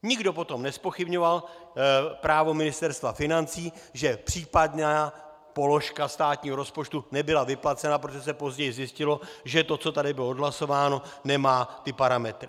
Nikdo potom nezpochybňoval právo Ministerstva financí, že případná položka státního rozpočtu nebyla vyplacena, protože se později zjistilo, že to, co tady bylo odhlasováno, nemá ty parametry.